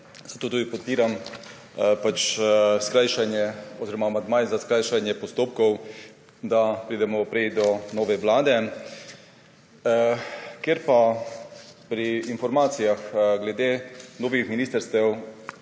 tudi podpiram amandmaje za skrajšanje postopkov, da pridemo prej do nove vlade. Ker pa pri informacijah glede novih ministrstev